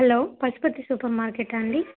hello Pashupati super మార్కెటా అండి